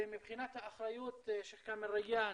ומבחינת האחריות, שייח' כאמל ריאן,